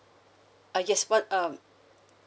ah yes what um